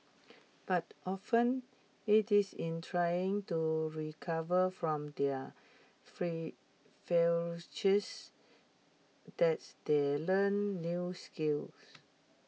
but often IT is in trying to recover from their free that's they learn new skills